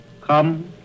come